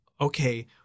okay